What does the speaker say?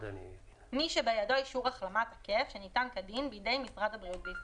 מי שבידו אישור החלמה תקף שניתן כדין בידי משרד הבריאות בישראל,